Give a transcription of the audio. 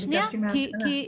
אני ביקשתי לפניה.